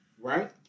Right